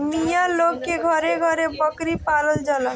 मिया लोग के घरे घरे बकरी पालल जाला